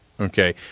okay